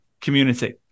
community